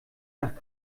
nach